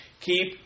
keep